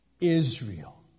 Israel